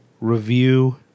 review